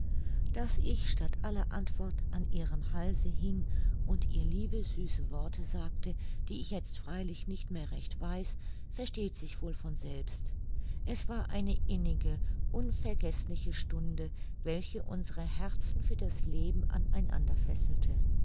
daß ich statt aller antwort an ihrem halse hing und ihr liebe süße worte sagte die ich jetzt freilich nicht recht mehr weiß versteht sich wohl von selbst es war eine innige unvergeßliche stunde welche unsere herzen für das leben an einander fesselte